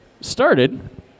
started